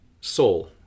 soul